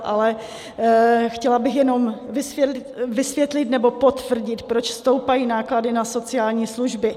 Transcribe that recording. Ale chtěla bych jenom vysvětlit, nebo potvrdit, proč stoupají náklady na sociální služby.